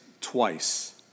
twice